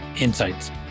insights